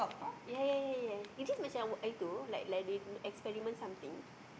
ya ya ya ya ya it just much like what I do like like they experiment something